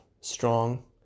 strong